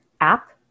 app